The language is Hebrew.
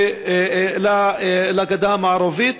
ולגדה המערבית.